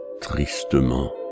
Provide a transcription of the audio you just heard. Tristement